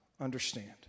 understand